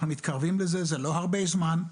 אנחנו מתקרבים לזה זה לא הרבה זמן,